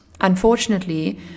Unfortunately